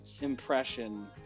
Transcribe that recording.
impression